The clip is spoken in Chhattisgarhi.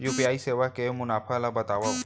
यू.पी.आई सेवा के मुनाफा ल बतावव?